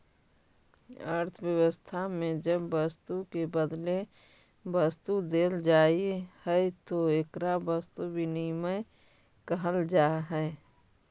अर्थव्यवस्था में जब वस्तु के बदले वस्तु देल जाऽ हई तो एकरा वस्तु विनिमय कहल जा हई